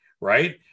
right